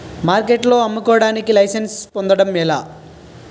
మార్కెట్లో అమ్ముకోడానికి లైసెన్స్ పొందడం ఎలా?